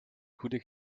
goede